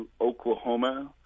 Oklahoma